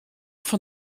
fan